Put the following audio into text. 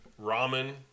Ramen